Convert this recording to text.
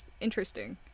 interesting